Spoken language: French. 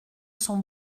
sont